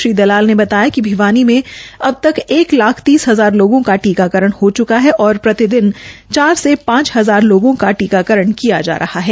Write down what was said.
श्री दलाल ने बताया कि भिवानी में अब तक एक लाख तीस हजार लोगों का टीकाकरण हो च्का है और प्रतिदिन चार से पांच हजार लोगों का टीकाकरण किया जा रहा है